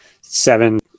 seven